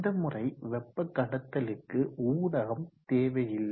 இந்த முறை வெப்ப கடத்தலுக்கு ஊடகம் தேவையில்லை